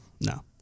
No